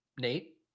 Nate